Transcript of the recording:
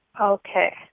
Okay